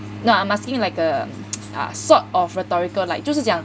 no I'm asking like a sort of rhetorical like 就是讲